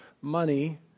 money